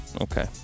Okay